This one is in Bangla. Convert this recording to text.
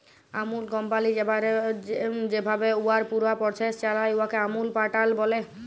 আমূল কমপালি যেভাবে উয়ার পুরা পরসেস চালায়, উয়াকে আমূল প্যাটার্ল ব্যলে